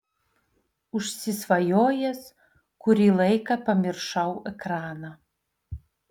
užsisvajojęs kurį laiką pamiršau ekraną